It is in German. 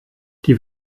die